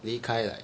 离开 like